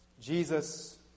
Jesus